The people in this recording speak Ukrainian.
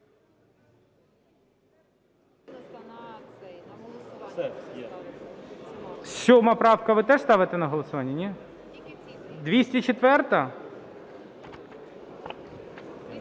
7 правка, ви теж ставите на голосування? Ні? 204-а?